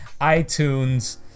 iTunes